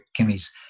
Kimmy's